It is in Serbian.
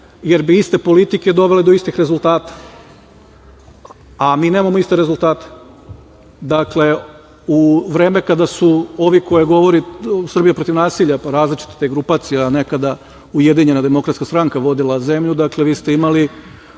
jer bi iste politike dovele do istih rezultata, a mi nemamo iste rezultate. Dakle, u vreme kada su ovi koji govore, „Srbija protiv nasilja“, pa različite te grupacije, a nekada ujedinjena Demokratska stranka vodila zemlju, vi ste imali